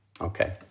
Okay